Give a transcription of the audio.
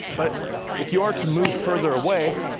but if you are to move further away,